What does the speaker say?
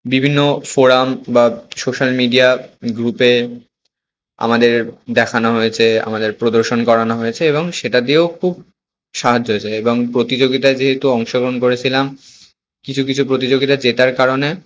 বিভিন্ন ফোরাম বা social media গ্রুপে আমাদের দেখানো হয়েছে আমাদের প্রদর্শন করানো হয়েছে এবং সেটা দিয়েও খুব সাহায্য হয়েছে এবং প্রতিযোগিতায় যেহেতু অংশগ্রহণ করেছিলাম কিছু কিছু প্রতিযোগিতা জেতার কারণে